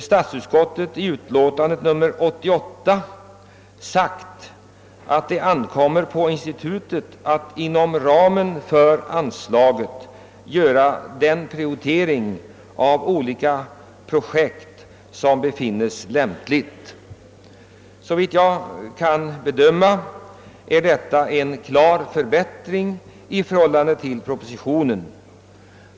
Statsutskottet framhåller i utlåtandet att det »ankommer på institutet att inom ramen för anslaget göra den prioritering av olika projekt som befinnes lämplig». Såvitt jag kan bedöma är detta en klar förbättring i förhållande till propositionen.